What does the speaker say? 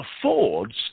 affords